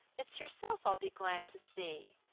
it's yourself i'll be glad to see,